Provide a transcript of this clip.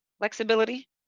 flexibility